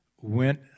went